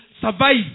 survive